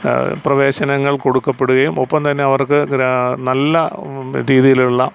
പ്രവേശനങ്ങൾ കൊടുക്കപ്പെടുകയും ഒപ്പം തന്നെ അവർക്ക് നല്ല രീതിയിലുള്ള